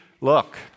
look